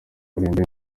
kuririmba